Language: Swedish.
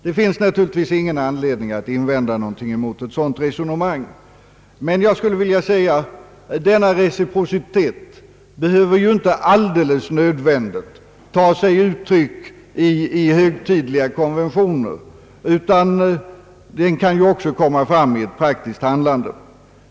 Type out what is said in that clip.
Det finns naturligtvis ingen anledning att invända något mot ett sådant resonemang, men jag skulle vilja understryka att denna reciprocitet inte nödvändigtvis behöver ta sig uttryck i högtidliga konventioner utan också kan komma fram i ett praktiskt handlande.